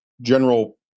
general